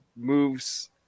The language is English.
moves